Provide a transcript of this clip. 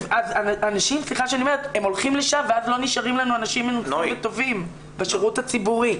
אנשים הולכים לשם ואז לא נשארים לנו אנשים לשירות הציבורי.